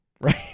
right